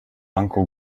uncle